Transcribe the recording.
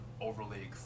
overly